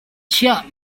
chiah